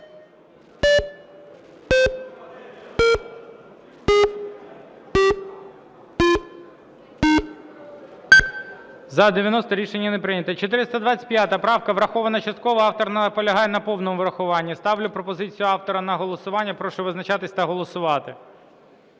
За-90 Рішення не прийнято. 425 правка. Врахована частково. Автор наполягає на повному врахуванні. Ставлю пропозицію автора на голосування. Прошу визначатись та голосувати.